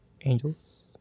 angels